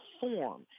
form